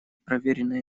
проверенная